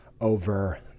over